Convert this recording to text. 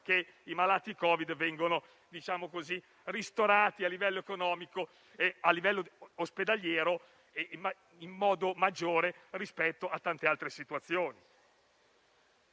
che i malati di Covid-19 vengono ristorati, a livello economico e a livello ospedaliero, in modo maggiore rispetto a tante altre situazioni.